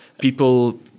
People